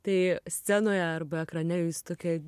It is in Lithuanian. tai scenoje arba ekrane jūs tokia